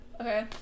Okay